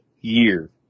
year